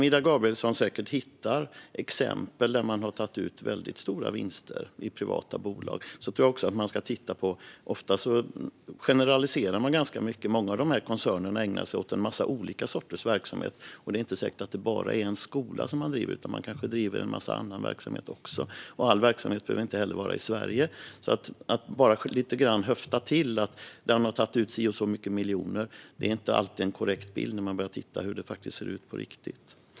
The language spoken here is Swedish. Ida Gabrielsson hittar säkert exempel där man har tagit ut väldigt stora vinster i privata bolag. Men ofta generaliseras det ganska mycket. Många av de här koncernerna ägnar sig åt en massa olika sorters verksamhet. Det är inte säkert att det bara är en skola som man driver, utan man kanske driver en massa annan verksamhet också. All verksamhet behöver inte heller drivas i Sverige. Att bara höfta till lite grann och säga att man har tagit ut si och så många miljoner ger inte alltid en korrekt bild av hur det ser ut på riktigt.